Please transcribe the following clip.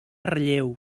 relleu